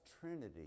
trinity